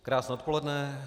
Krásné odpoledne.